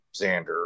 Xander